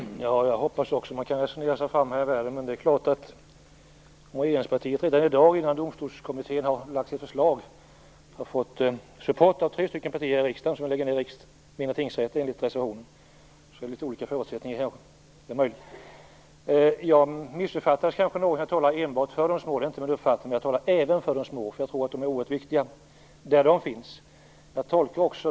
Herr talman! Jag hoppas också att man kan resonera sig fram här i världen. Men regeringspartiet har redan i dag, innan Domstolskommittén lagt fram sitt förslag, fått support av tre partier i riksdagen för att lägga ned mindre tingsrätter. Så förutsättningarna är litet olika. Jag uppfattades kanske som att jag talade enbart för de små tingsrätterna. Det är inte min uppfattning, men jag talade även för de små. Jag tror att de är oerhört viktiga där de finns.